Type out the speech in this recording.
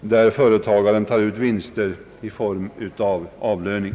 där företagaren tar ut vinster i form av avlöning.